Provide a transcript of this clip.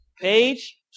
Page